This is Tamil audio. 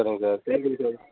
சரிங்க சார் செய்கூலி சேதாரம்